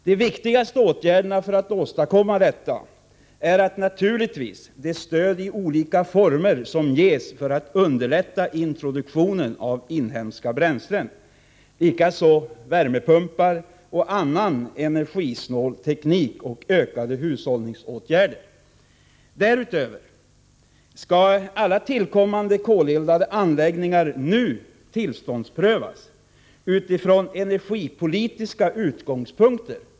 De viktigaste åtgärderna för att åstadkomma detta är naturligtvis det stöd i olika former som ges för att underlätta introduktionen av inhemska bränslen, värmepumpar och annan energisnål teknik samt ökade hushållningsåtgärder. Därutöver skall alla tillkommande koleldade anläggningar nu tillståndsprövas utifrån energipolitiska utgångspunkter.